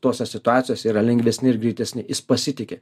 tose situacijose yra lengvesni ir greitesni jis pasitiki